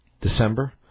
December